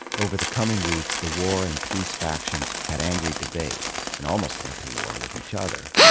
over the coming weeks, the war and peace factions had angry debates and almost went to war with each other.